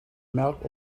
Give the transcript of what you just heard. melk